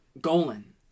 Golan